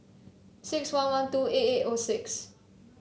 six one one two eight eight O six